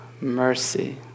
mercy